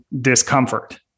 discomfort